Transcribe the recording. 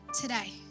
today